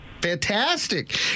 Fantastic